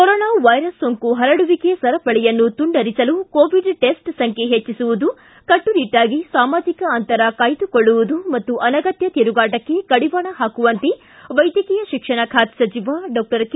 corona virus ಸೋಂಕು ಹರಡುವಿಕೆ ಸರಪಳಿಯನ್ನು ತುಂಡರಿಸಲು ಕೋವಿಡ್ ಟೆಸ್ಟ್ ಸಂಖ್ಕೆ ಹೆಚ್ಚಿಸುವುದು ಕಟ್ಟುನಿಟ್ಟಾಗಿ ಸಾಮಾಜಿಕ ಅಂತರ ಕಾಯ್ದುಕೊಳ್ಳುವುದು ಮತ್ತು ಅನಗತ್ತ ತಿರುಗಾಟಕ್ಕೆ ಕಡಿವಾಣ ಪಾಕುವಂತೆ ವೈದ್ಯಕೀಯ ಶಿಕ್ಷಣ ಖಾತೆ ಸಚಿವ ಡಾಕ್ಟರ್ ಕೆ